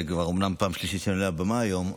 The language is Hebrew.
אומנם פעם שלישית שאני עולה לבמה היום,